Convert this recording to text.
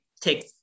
take